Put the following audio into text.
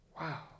Wow